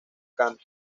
canto